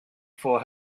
for